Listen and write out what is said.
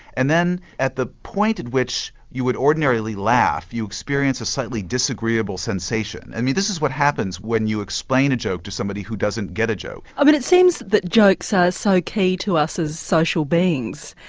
and then at the point at which you would ordinarily laugh, you experience a slightly disagreeable sensation. i mean this is what happens when you explain a joke to somebody who doesn't get a joke. i mean it seems that jokes are so key to us as social beings,